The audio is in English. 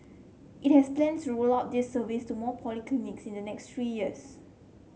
it has plans to roll out this service to more polyclinics in the next three years